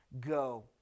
Go